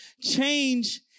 Change